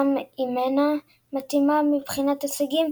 גם אם אינה מתאימה מבחינת הישגיה,